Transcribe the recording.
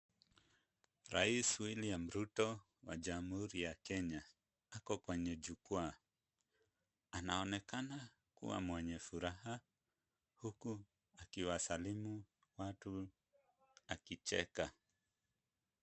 Rais William Ruto wa Jamhuri ya Kenya ako kwenye jukwaa. Anaonekana kuwa mwenye furaha huku akiwasalimu watu akicheka.